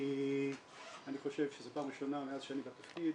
כי אני חושב שזו פעם ראשונה מאז שאני בתפקיד,